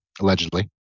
allegedly